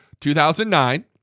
2009